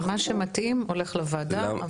מה שמתאים הולך לוועדה.